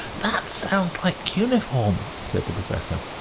that sounds like cuneiform, said the professor,